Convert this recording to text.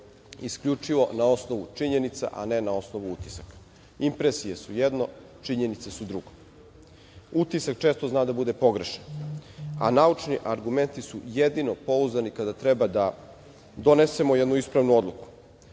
isključivo na osnovu činjenica, a ne na osnovu utisaka. Impresije su jedno, činjenice su drugo. Utisak često zna da bude pogrešan, a naučni argumenti su jedino pouzdani kada treba da donesemo jednu ispravnu odluku. Ovo